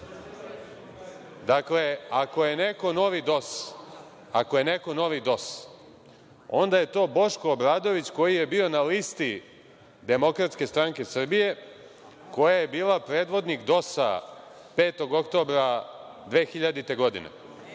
dakle, ako je neko novi DOS, onda je to Boško Obradović koji je bio na listi DSS, koja je bila predvodnik DOS-a 5. oktobra 2000. godine.